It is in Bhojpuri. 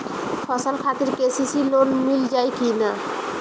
फसल खातिर के.सी.सी लोना मील जाई किना?